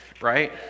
right